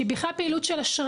שהיא בכלל פעילות של אשראי,